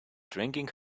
drinking